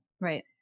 right